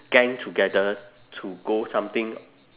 gang together to go something